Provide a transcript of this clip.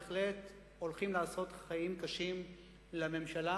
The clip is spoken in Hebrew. הולכים בהחלט לעשות חיים קשים לממשלה,